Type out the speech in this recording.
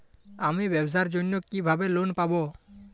আমি ব্যবসার জন্য কিভাবে লোন পাব?